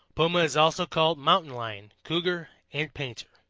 puma is also called mountain lion, cougar and painter.